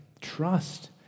trust